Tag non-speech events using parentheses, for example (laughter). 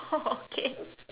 (laughs) oh K